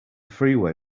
freeway